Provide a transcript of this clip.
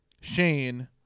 Shane